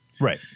Right